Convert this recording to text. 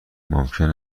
ممکن